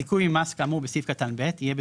זיכוי ממס כאמור בסעיף קטן (ב) יהיה,